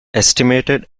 estimated